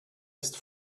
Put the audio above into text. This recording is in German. ist